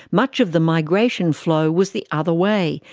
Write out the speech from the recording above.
much of the migration flow was the other way,